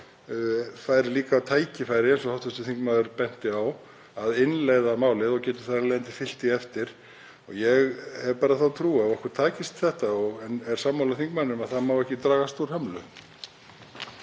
fær líka tækifæri, eins og hv. þingmaður benti á, til að innleiða málið og getur þar af leiðandi fylgt því eftir. Ég hef bara þá trú að okkur takist þetta en er sammála þingmanninum að það má ekki dragast úr hömlu.